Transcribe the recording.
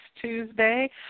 Tuesday